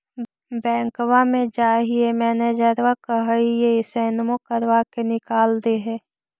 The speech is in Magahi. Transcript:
बैंकवा मे जाहिऐ मैनेजरवा कहहिऐ सैनवो करवा के निकाल देहै?